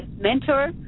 mentor